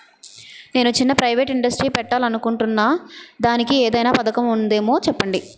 నేను చిన్న private industry పెట్టాలి అనుకుంటున్నా దానికి ఏదైనా పథకం ఉందేమో చెప్పండి?